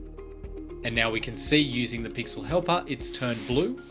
and now we can see using the pixel helper. it's turned blue.